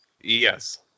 Yes